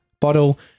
bottle